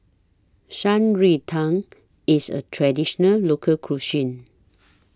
Shan Rui Tang IS A Traditional Local Cuisine